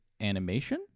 animation